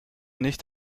nicht